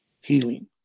healing